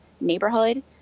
neighborhood